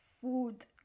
food